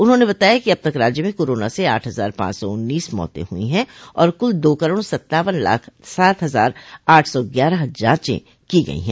उन्होंने बताया कि अब तक राज्य में कारोना से आठ हजार पांच सौ उन्तोस मौते हुई हैं और कुल दो करोड़ सत्तावन लाख सात हजार आठ सौ ग्यारह जांचें की गई हैं